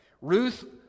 Ruth